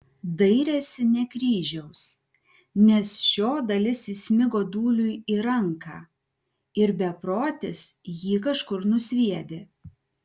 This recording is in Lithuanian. dairėsi ne kryžiaus nes šio dalis įsmigo dūliui į ranką ir beprotis jį kažkur nusviedė